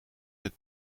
met